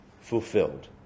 fulfilled